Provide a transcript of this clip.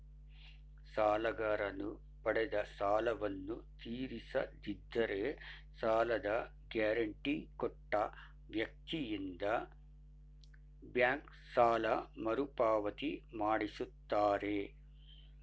ಸಾಲಗಾರನು ಪಡೆದ ಸಾಲವನ್ನು ತೀರಿಸದಿದ್ದರೆ ಸಾಲದ ಗ್ಯಾರಂಟಿ ಕೊಟ್ಟ ವ್ಯಕ್ತಿಯಿಂದ ಬ್ಯಾಂಕ್ ಸಾಲ ಮರುಪಾವತಿ ಮಾಡಿಸುತ್ತಾರೆ